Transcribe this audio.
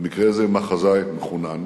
במקרה זה מחזאי מחונן.